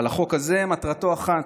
אבל החוק הזה, מטרתו אחת,